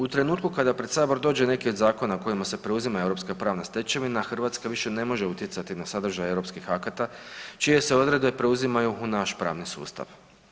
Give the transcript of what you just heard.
U trenutku kad pred sabor dođe neki od zakona kojima se preuzima europska pravna stečevina Hrvatska više ne može utjecati na sadržaj europskih akata čije se odredbe preuzimaju u naš pravni sustav.